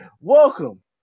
Welcome